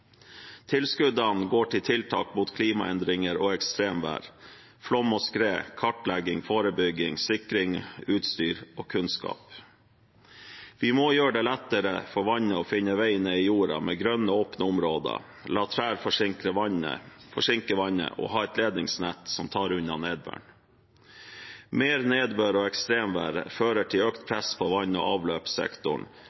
Tilskuddene går til tiltak mot klimaendringer og ekstremvær, flom og skred, kartlegging, forebygging, sikring, utstyr og kunnskap. Vi må gjøre det lettere for vannet å finne veien ned i jorda med grønne, åpne områder, la trær forsinke vannet og ha et ledningsnett som tar unna nedbøren. Mer nedbør og ekstremvær fører til økt